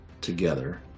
together